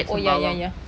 oh ya ya ya